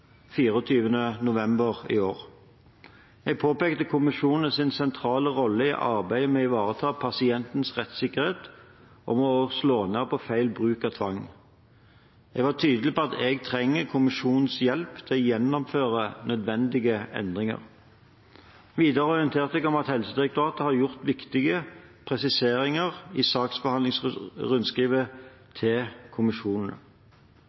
november i år. Jeg påpekte kommisjonenes sentrale rolle i arbeidet med å ivareta pasientenes rettssikkerhet og slå ned på feil bruk av tvang. Jeg var tydelig på at jeg trenger kommisjonenes hjelp til å gjennomføre nødvendige endringer. Videre orienterte jeg om at Helsedirektoratet har gjort viktige presiseringer i saksbehandlingsrundskrivet til kommisjonene.